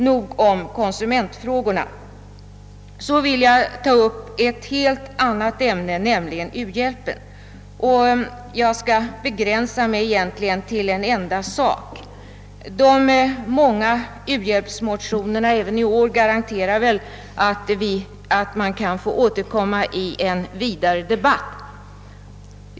Nog om konsumentfrågorna! Så vill jag ta upp ett helt annat ämne, nämligen u-hjälpen. Jag skall därvid begränsa mig till en enda sak. De många u-hjälpsmotionerna även i år garanterar väl att man kan få återkomma till ämnet i en vidare debatt.